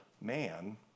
man